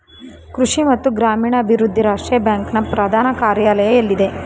ಕೃಷಿ ಮತ್ತು ಗ್ರಾಮೀಣಾಭಿವೃದ್ಧಿ ರಾಷ್ಟ್ರೀಯ ಬ್ಯಾಂಕ್ ನ ಪ್ರಧಾನ ಕಾರ್ಯಾಲಯ ಎಲ್ಲಿದೆ?